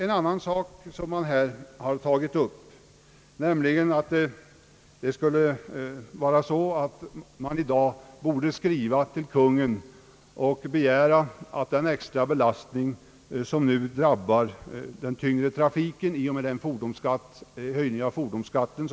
En annan sak som tagits upp här är den extra belastning som nu drabbar den tyngre trafiken i och med bhöj ningen av fordonsskatten.